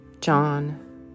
John